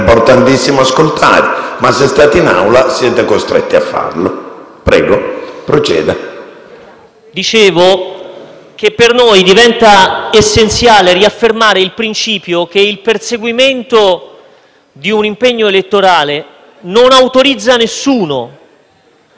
Dicevo che per noi diventa essenziale riaffermare il principio che il perseguimento di un impegno elettorale non autorizza nessuno, qualsiasi sia la carica che egli ricopre, a porsi al di sopra della legge.